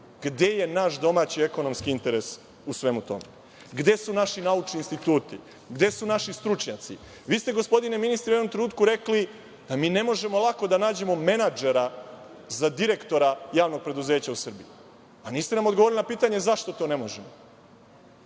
Gde je naš domaći ekonomski interes u svemu tome? Gde su naši naučni instituti? Gde su naši stručnjaci? Vi ste, gospodine ministre, u jednom trenutku rekli da mi ne možemo lako da nađemo menadžera za direktora javnog preduzeća u Srbiji, a niste nam odgovorili na pitanje zašto to ne možemo.